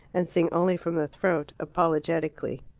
and sing only from the throat, apologetically.